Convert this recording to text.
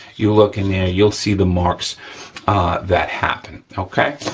you look in there, you'll see the marks that happen, okay?